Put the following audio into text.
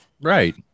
Right